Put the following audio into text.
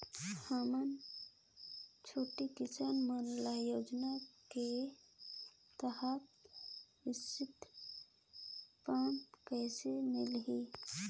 हमन छोटे किसान मन ल योजना के तहत स्प्रे पम्प कइसे मिलही?